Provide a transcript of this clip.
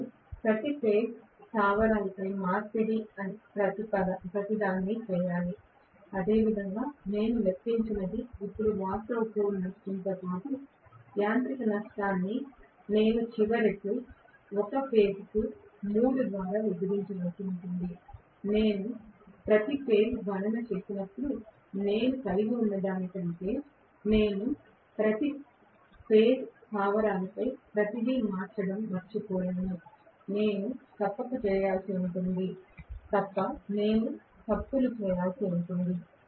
నేను ప్రతి దశ స్థావరాలపై మార్పిడి ప్రతిదాన్ని చేయాలి అదేవిధంగా నేను లెక్కించినది ఇప్పుడు వాస్తవ కోర్ నష్టంతో పాటు యాంత్రిక నష్టాన్ని నేను చివరికి ఒక దశకు 3 ద్వారా విభజించవలసి ఉంటుంది నేను ప్రతి దశ గణన చేసినప్పుడు నేను కలిగి ఉన్నదానికంటే నేను ప్రతి దశ స్థావరాలపై ప్రతిదీ మార్చడం మర్చిపోలేను నేను తప్పక చేయాల్సి ఉంటుంది తప్ప నేను తప్పులు చేయాల్సి ఉంటుంది